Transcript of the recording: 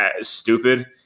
stupid